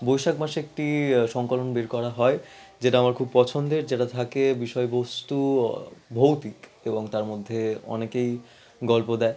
বৈশাখ মাসে একটি সংকলন বের করা হয় যেটা আমার খুব পছন্দের যেটা থাকে বিষয়বস্তু ভৌতিক এবং তার মধ্যে অনেকেই গল্প দেয়